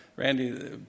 Randy